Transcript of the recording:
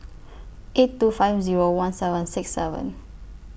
eight two five Zero one seven six seven